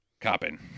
copping